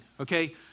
Okay